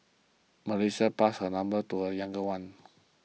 Melissa passed her number to a younger one